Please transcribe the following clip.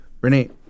Renee